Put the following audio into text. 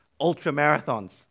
ultra-marathons